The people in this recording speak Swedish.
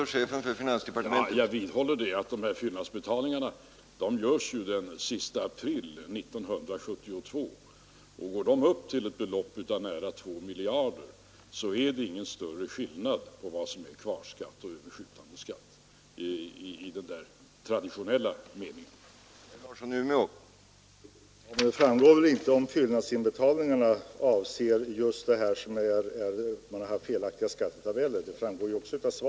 Herr talman! Jag vidhåller att fyllnadsinbetalningarna görs den sista april 1972. Om de går upp till ett belopp av nära 2 miljarder, är det ingen större skillnad mellan vad som i traditionell mening är kvarskatt och överskjutande skatt.